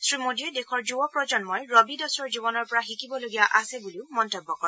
শ্ৰীমোদীয়ে দেশৰ যুৱ প্ৰজন্মই ৰবি দাসৰ জীৱনৰ পৰা শিকিবলগীয়া আছে বুলি মন্তব্য কৰে